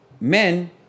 men